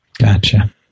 Gotcha